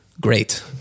Great